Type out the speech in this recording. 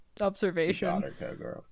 observation